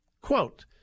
Quote